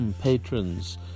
patrons